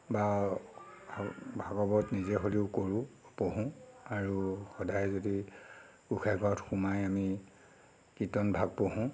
বা ভাগ ভাগৱত নিজে হ'লেও কৰোঁ পঢ়ো আৰু সদায়ে যদি গোঁসাই ঘৰত সোমাই আমি কীৰ্তনভাগ পঢ়ো